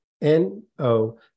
NO